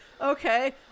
Okay